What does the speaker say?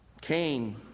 Cain